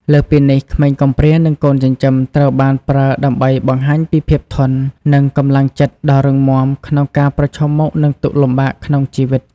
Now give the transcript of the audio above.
លើសពីនេះ ក្មេងកំព្រា និងកូនចិញ្ចឹមត្រូវបានប្រើដើម្បីបង្ហាញពីភាពធន់ និងកម្លាំងចិត្តដ៏រឹងមាំក្នុងការប្រឈមមុខនឹងទុក្ខលំបាកក្នុងជីវិត។